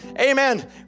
Amen